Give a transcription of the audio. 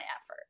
effort